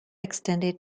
extended